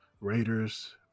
Raiders